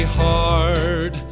hard